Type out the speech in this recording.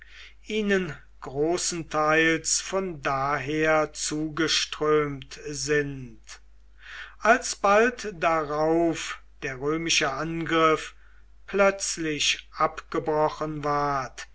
ihnen großenteils von daher zugeströmt sind als bald darauf der römische angriff plötzlich abgebrochen ward